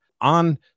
on